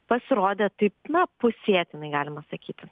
pasirodė taip na pusėtinai galima sakyt